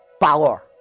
power